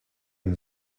and